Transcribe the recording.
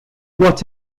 what